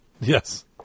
Yes